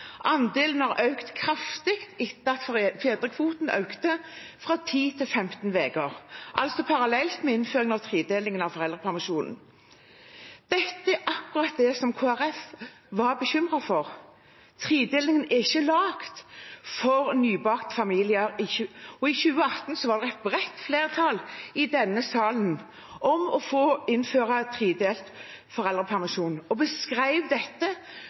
Andelen har økt kraftig etter at fedrekvoten økte fra 10 til 15 uker – altså parallelt med innføringen av tredelingen av foreldrepermisjonen. Dette er akkurat det Kristelig Folkeparti var bekymret for. Tredelingen er ikke laget for nybakte familier. I 2018 var det et bredt flertall i denne salen for å innføre tredelt foreldrepermisjon. En beskrev dette